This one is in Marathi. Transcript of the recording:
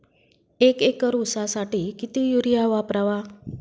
एक एकर ऊसासाठी किती युरिया वापरावा?